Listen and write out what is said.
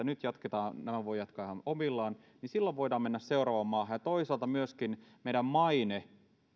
nyt nämä voivat jatkaa ihan omillaan silloin voidaan mennä seuraavaan maahan toisaalta myöskin meidän maine